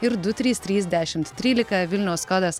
ir du trys trys dešim trylika vilniaus kodas